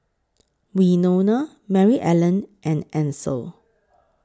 Winona Maryellen and Ansel